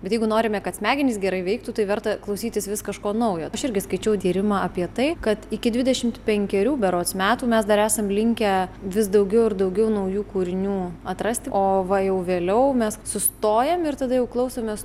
bet jeigu norime kad smegenys gerai veiktų tai verta klausytis vis kažko naujo aš irgi skaičiau tyrimą apie tai kad iki dvidešimt penkerių berods metų mes dar esam linkę vis daugiau ir daugiau naujų kūrinių atrasti o va jau vėliau mes sustojam ir tada jau klausomės